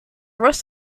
rest